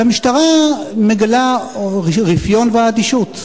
והמשטרה מגלה רפיון ואדישות.